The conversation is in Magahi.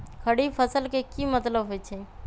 खरीफ फसल के की मतलब होइ छइ?